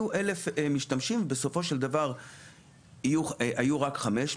מסוימת יהיו 1,000 משתמשים אבל בסופו של דבר היו רק 500,